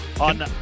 on